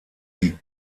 die